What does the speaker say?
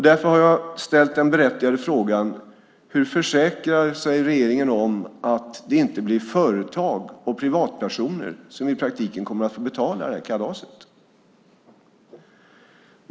Därför har jag ställt den berättigade frågan: Hur försäkrar sig regeringen om att det inte blir företag och privatpersoner som i praktiken kommer att få betala det här kalaset?